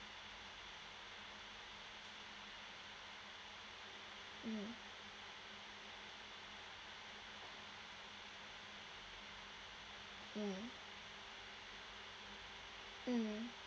mm mm mm